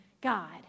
God